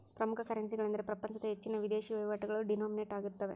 ಪ್ರಮುಖ ಕರೆನ್ಸಿಗಳೆಂದರೆ ಪ್ರಪಂಚದ ಹೆಚ್ಚಿನ ವಿದೇಶಿ ವಹಿವಾಟುಗಳು ಡಿನೋಮಿನೇಟ್ ಆಗಿರುತ್ತವೆ